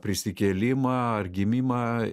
prisikėlimą ar gimimą